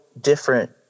different